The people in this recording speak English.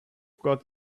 got